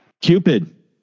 Cupid